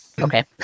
Okay